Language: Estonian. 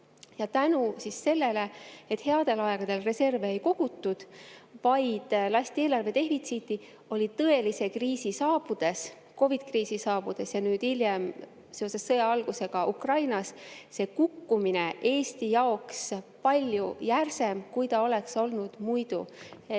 vältima. Selle tõttu, et headel aegadel reserve ei kogutud, vaid lasti eelarve defitsiiti, oli tõelise kriisi saabudes, COVID-kriisi saabudes ja nüüd hiljem seoses sõja algusega Ukrainas, see kukkumine Eesti jaoks palju järsem, kui ta oleks olnud muidu.